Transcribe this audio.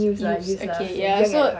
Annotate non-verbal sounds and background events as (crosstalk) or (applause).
youth lah youth lah (noise)